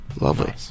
Lovely